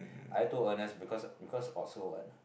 I told Ernest because because of so what